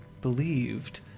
believed